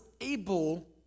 able